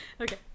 Okay